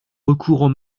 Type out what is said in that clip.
recourant